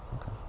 Okay